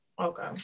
Okay